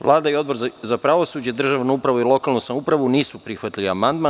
Vlada i Odbor za pravosuđe, državnu upravu i lokalnu samoupravu nisu prihvatili amandman.